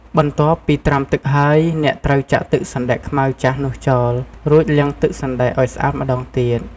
បន្ទាប់ពីត្រាំទឹកហើយ អ្នកត្រូវចាក់ទឹកសណ្ដែកខ្មៅចាស់នោះចោល រួចលាងទឹកសណ្ដែកឱ្យស្អាតម្ដងទៀត។